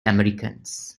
americans